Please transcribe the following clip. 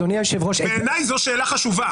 בעיניי זו שאלה חשובה.